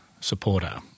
supporter